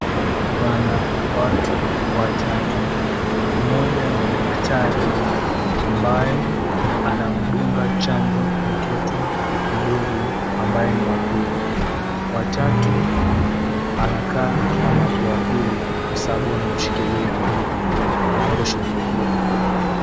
Pana watu watatu. Mmoja ni daktari ambaye anamduga chanjo mtoto mdogo ambaye ni wa pili. Watatu anakaa mamake wa pili kwa sababu amemshikilia anaposhughulikiwa.